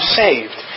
saved